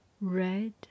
red